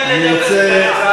הוא בעד שנדבר סרה.